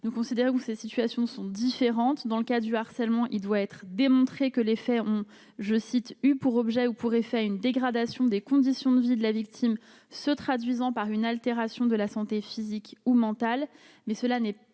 nous considérez-vous ces situations sont différentes dans le cas du harcèlement, il doit être démontré que les fermes, je cite, eu pour objet ou pour effet une dégradation des conditions de vie de la victime, se traduisant par une altération de la santé physique ou mentale, mais cela n'est pas